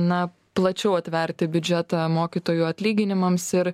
na plačiau atverti biudžetą mokytojų atlyginimams ir